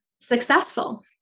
successful